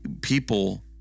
people